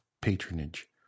patronage